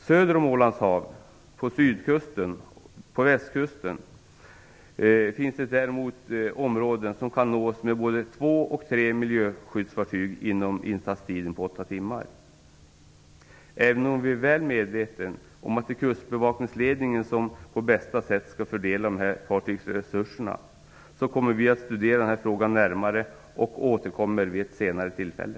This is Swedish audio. Söder om Ålands hav, på sydkusten och på västkusten, finns det däremot områden som kan nås med både två och tre miljöskyddsfaryg inom insatstiden på Även om vi är väl medvetna om att det är Kustbevakningsledningen som på bästa sätt skall fördela fartygsresurserna kommer vi att studera frågan närmare och återkomma vid ett senare tillfälle.